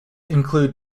include